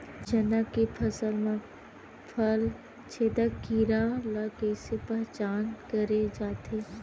चना के फसल म फल छेदक कीरा ल कइसे पहचान करे जाथे?